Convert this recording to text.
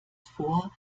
vor